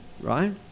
right